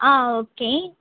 ஆ okay